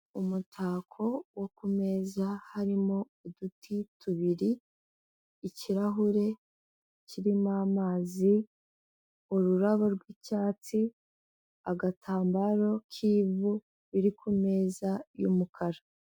Umutako wo kumeza, harimo uduti tubiri, ikirahure kirimo amazi, ururabo rw'icyatsi, agatambaro k'ivu, biri ku meza y'umukara.